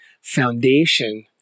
foundation